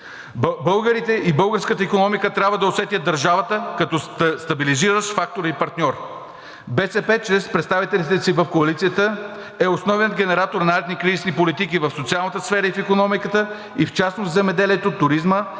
Българите и българската икономика трябва да усетят държавата като стабилизиращ фактор и партньор. БСП чрез представителите си в коалицията е основният генератор на антикризисни политики – в социалната сфера и в икономиката, и в частност в земеделието, туризма,